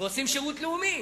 ועושים שירות לאומי,